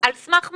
על סמך מה?